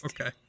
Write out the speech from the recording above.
Okay